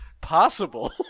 possible